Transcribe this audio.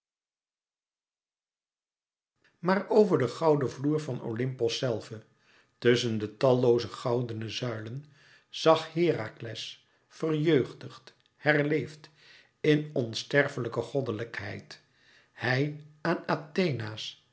maar over den gouden vloer van oympos zelve tusschen de tallooze goudene zuilen zag herakles verjeugdigd herleefd in onsterfelijke goddelijkheid hij aan